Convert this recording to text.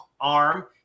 arm